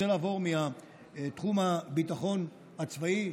אני רוצה לעבור מתחום הביטחון הצבאי,